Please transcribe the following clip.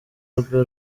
rwe